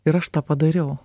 ir aš tą padariau